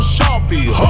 Sharpie